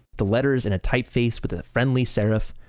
the letters in a typeface with a friendly serif,